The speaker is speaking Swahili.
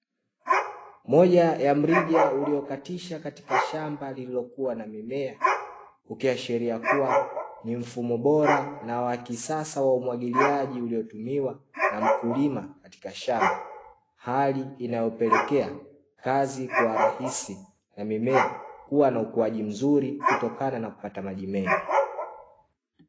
Moja ya mrija uliokatisha katika shamba lililokuwa na mimea, ukiashiria kuwa ni mfumo bora na wa kisasa wa umwagiliaji uliotumiwa na mkulima katika shamba hali inayopelekea kazi kwa rahisi na mimea huwa na ukuaji mzuri kutokana na kupata maji mengi.